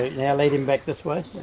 yeah laid him back this way